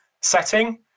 setting